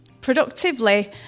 productively